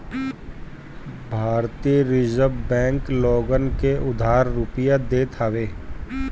भारतीय reserve bank लोगन के उधार रुपिया देत हवे